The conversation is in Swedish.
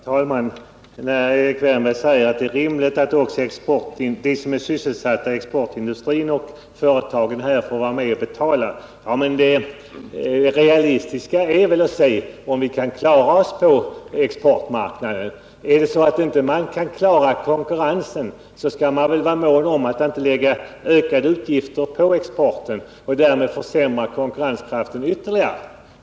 Herr talman! Erik Wärnberg säger att det är rimligt att också de som är sysselsatta i exportindustrin och företagen där får vara med och betala. Men det är väl realistiskt att se om vi kan klara oss på exportmarknaden. Kan vi inte klara konkurrensen, skall man väl vara mån om att inte lägga ökade utgifter på exporten och därmed försämra konkurrenskraften ytterligare.